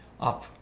up